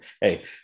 Hey